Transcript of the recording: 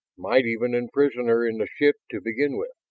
might even imprison her in the ship to begin with.